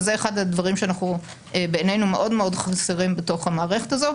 וזה אחד הדברים שבעינינו מאוד מאוד חסרים בתוך המערכת הזאת.